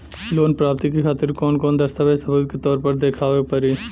Loan प्राप्ति के खातिर कौन कौन दस्तावेज सबूत के तौर पर देखावे परी?